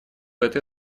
этой